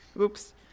oops